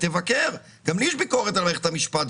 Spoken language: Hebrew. גם לי יש ביקורת על מערכת המשפט,